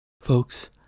Folks